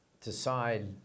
decide